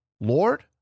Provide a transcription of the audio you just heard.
Lord